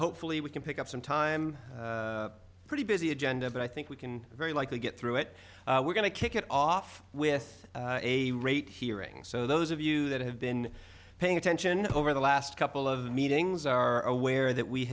hopefully we can pick up some time pretty busy agenda but i think we can very likely get through it we're going to kick it off with a rate hearing so those of you that have been paying attention over the last couple of meetings are aware that we